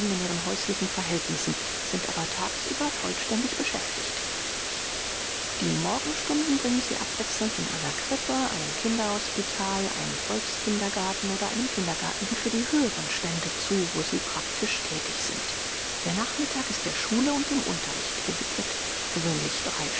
in ihren häuslichen verhältnissen sind aber tages über vollständig beschäftigt die morgenstunden bringen sie abwechselnd in einer krippe einem kinderspital einem volks kindergarten oder einem kindergarten für die höheren stände zu wo sie practisch thätig sind der nachmittag ist der schule und dem unterricht gewidmet gewöhnlich drei